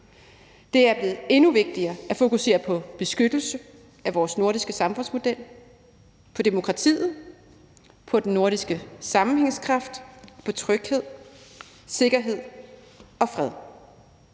Det er blevet endnu vigtigere at fokusere på beskyttelse af vores nordiske samfundsmodel, på demokratiet, på den nordiske sammenhængskraft, på tryghed, sikkerhed og fred.